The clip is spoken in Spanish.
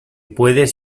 puedes